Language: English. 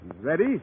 Ready